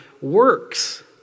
works